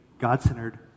God-centered